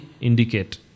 indicate